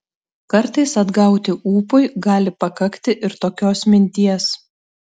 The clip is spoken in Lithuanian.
kartais atgauti ūpui gali pakakti ir tokios minties